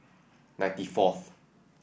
ninety fourth